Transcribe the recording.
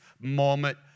moment